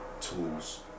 Tools